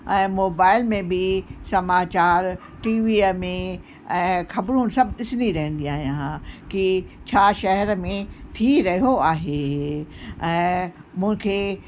ऐं मोबाइल में बि समाचार टीवीअ में ऐं ख़बरूं सभु ॾिसंदी रहंदी आहियां कि छा शहर में थी रहियो आहे ऐं मूंखे